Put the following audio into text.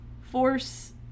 force